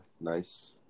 nice